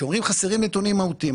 אומרים שחסרים נתונים מהותיים.